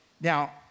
Now